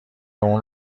اون